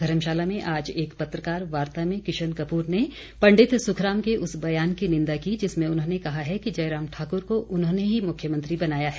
धर्मशाला में आज एक पत्रकार वार्ता में किशन कप्र ने पंडित सुखराम के उस बयान की निंदा की जिसमें उन्होंने कहा है कि जयराम ठाकुर को उन्होंने ही मुख्यमंत्री बनाया है